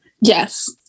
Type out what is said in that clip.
Yes